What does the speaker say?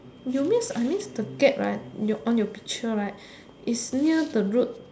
you means I means the cat right your on your picture right is near the road